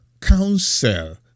counsel